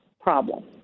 problem